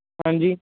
ਹਾਂਜੀ